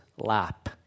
lap